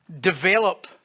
develop